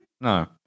no